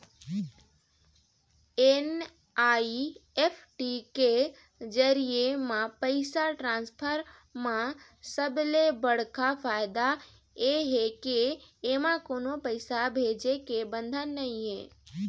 NEFT के जरिए म पइसा ट्रांसफर म सबले बड़का फायदा ए हे के एमा कोनो पइसा भेजे के बंधन नइ हे